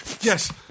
Yes